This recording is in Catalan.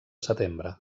setembre